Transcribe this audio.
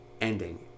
ending